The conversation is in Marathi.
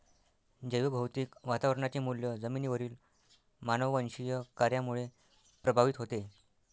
जैवभौतिक वातावरणाचे मूल्य जमिनीवरील मानववंशीय कार्यामुळे प्रभावित होते